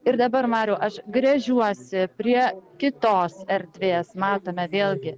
ir dabar mariau aš gręžiuosi prie kitos erdvės matome vėlgi